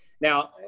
Now